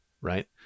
right